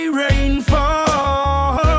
rainfall